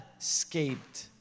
escaped